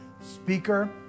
speaker